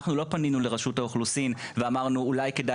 אנחנו לא פנינו לרשות האוכלוסין ואמרנו שאולי כדאי